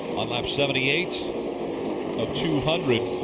on lap seventy eight of two hundred.